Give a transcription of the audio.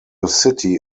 city